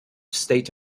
state